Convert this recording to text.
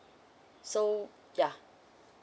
so ya